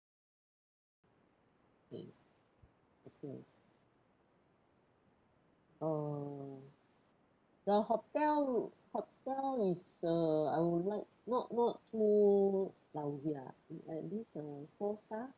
okay uh the hotel hotel is uh I would like not not too lousy lah at least a four star